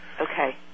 Okay